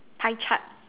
pie chart